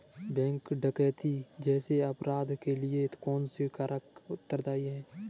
Bank डकैती जैसे अपराध के लिए कौन से कारक उत्तरदाई हैं?